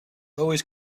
always